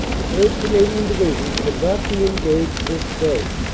the third. canadian division could not be engaged this day.